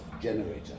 generator